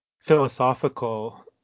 philosophical